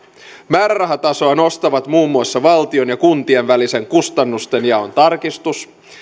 määrärahatasoa nostavat muun muassa valtion ja kuntien välisen kustannusten jaon tarkistus